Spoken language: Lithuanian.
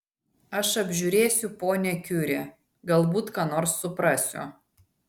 aš apžiūrėsiu ponią kiuri galbūt ką nors suprasiu